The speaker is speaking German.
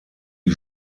die